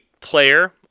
player